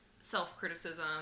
self-criticism